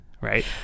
Right